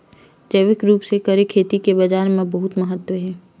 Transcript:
जैविक रूप से करे खेती के बाजार मा बहुत महत्ता हे